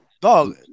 Dog